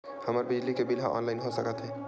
हमर बिजली के बिल ह ऑनलाइन हो सकत हे?